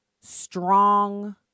strong